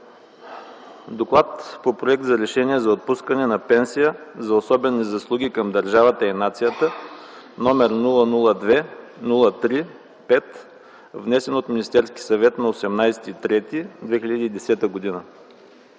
относно проект за Решение за отпускане на пенсия за особени заслуги към държавата и нацията, № 002-03-5, внесен от Министерския съвет на 18 март 2010 г.